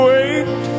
Wait